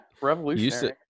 revolutionary